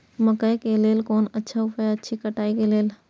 मकैय के लेल कोन अच्छा उपाय अछि कटाई के लेल?